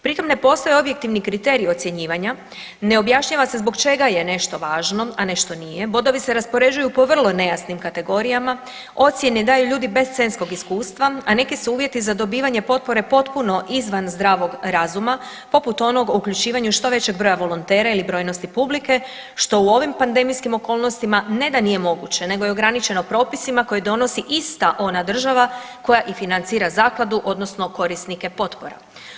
Pri tom ne postoje objektivni kriteriji ocjenjivanja, ne objašnjava se zbog čega je nešto važno, a nešto nije, bodovi se raspoređuju po vrlo nejasnim kategorijama, ocijene daju ljudi bez scenskog iskustva, a neki su uvjeti za dobivanje potpore potpuno izvan zdravog razuma poput onog o uključivanju što većeg broja volontera ili brojnosti publike, što u ovim pandemijskim okolnostima ne da nije moguće nego je ograničeno propisima koje donosi ista ona država koja i financira zakladu odnosno korisnike potpora.